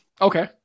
Okay